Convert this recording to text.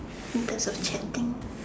because of chatting